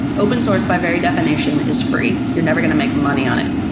open source by very definition is free. you're never going to make money on it.